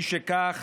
משכך,